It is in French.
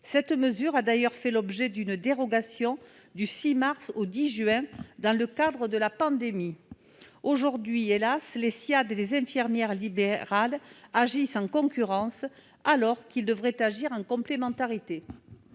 Cette mesure a d'ailleurs fait l'objet d'une dérogation du 6 mars au 10 juin dans le contexte de la pandémie. Aujourd'hui, hélas ! les Ssiad et les infirmières libérales agissent en concurrence, alors qu'ils devraient intervenir de façon complémentaire.